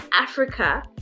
Africa